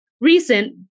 recent